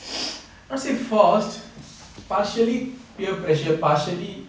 not say forced partially peer pressure partially